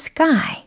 Sky